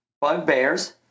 bugbears